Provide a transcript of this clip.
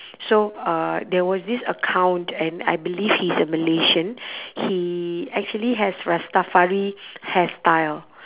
so uh there was this account and I believe he's a malaysian he actually has rastafari hairstyle